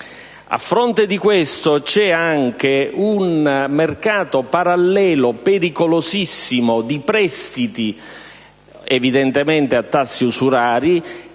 A fronte di questo, c'è anche un mercato parallelo pericolosissimo di prestiti a tassi usurari,